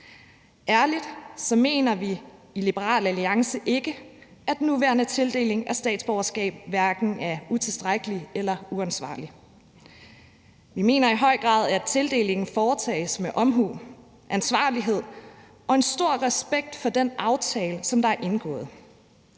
Vi mener i Liberal Alliance helt ærligt ikke, at den nuværende tildeling af statsborgerskaber er utilstrækkelig eller uansvarlig. Vi mener i høj grad, at tildelingen foretages med omhu, ansvarlighed og en stor respekt for den aftale, som der er indgået.